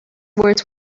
words